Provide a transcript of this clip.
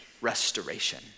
restoration